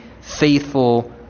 faithful